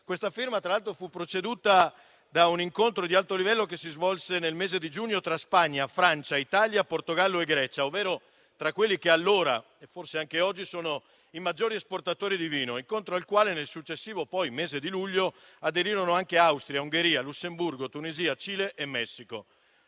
Questa firma, tra l'altro, fu preceduta da un incontro ad alto livello che si svolse nel mese di giugno tra Spagna, Francia, Italia, Portogallo e Grecia, ovvero tra quelli che allora (e forse anche oggi) erano i maggiori esportatori di vino. A tale incontro, nel successivo mese di luglio, aderirono anche Austria, Ungheria, Lussemburgo, Tunisia, Cile e Messico.